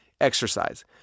Exercise